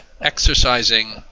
exercising